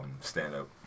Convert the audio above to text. stand-up